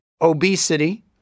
obesity